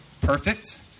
perfect